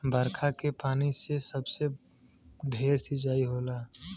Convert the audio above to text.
बरखा के पानी से सबसे ढेर सिंचाई होला